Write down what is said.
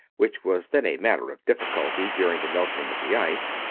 which was then a matter of difficulty during the melting of the ice,